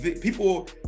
people